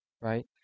right